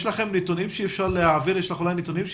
האם תוכלי נתונים להעביר לוועדה?